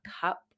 cup